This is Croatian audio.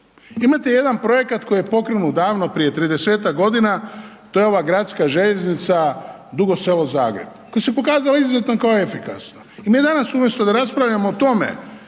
Imate jedan projekat koji je pokrenut davno prije 30-tak godina, to je ova gradska željeznica Dugo Selo-Zagreb, koja se pokazala izuzetno kao efikasna i danas umjesto da raspravljamo o tome